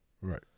Right